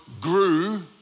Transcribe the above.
grew